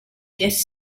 guest